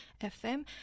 FM